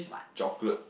chocolate